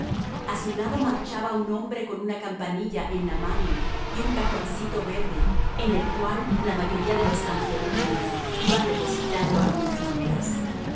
a su lado marchaba un hombre con una campanilla en la mano y un cajoncito verde en el cual la mayoría de los transeúntes iban depositando algunas monedas